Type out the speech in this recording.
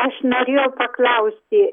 aš norėjau paklausti